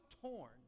torn